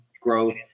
growth